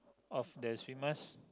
of the swimmers